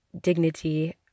dignity